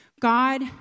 God